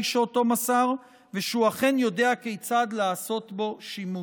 שאותו מסר ושהוא אכן יודע כיצד לעשות בו שימוש.